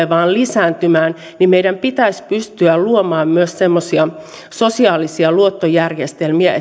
vaan lisääntymään niin meidän pitäisi pystyä luomaan esimerkiksi kunnissa myös semmoisia sosiaalisia luottojärjestelmiä